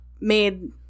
made